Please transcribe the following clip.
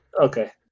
Okay